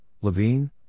Levine